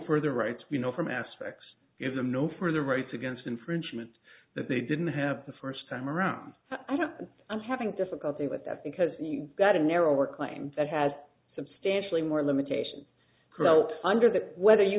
further rights you know from aspects give them no for their rights against infringement that they didn't have the first time around i don't i'm having difficulty with that because you've got a narrower claim that has substantially more limitations krauts under that whether you